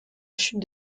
chute